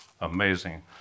amazing